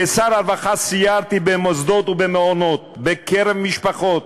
כשר הרווחה סיירתי במוסדות ובמעונות, בקרב משפחות,